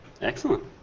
Excellent